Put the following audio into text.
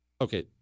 Okay